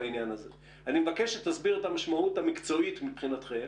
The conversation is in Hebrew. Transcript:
אבל מבקש שתסביר את המשמעות המקצועית מבחינתכם,